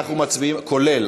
כולל,